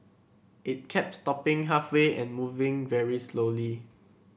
it kept stopping halfway and moving very slowly